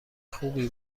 خوبی